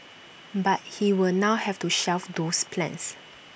but he will now have to shelve those plans